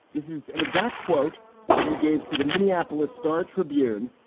this is an exact quote that he gave to the minneapolis star tribune.